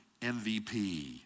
MVP